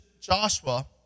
Joshua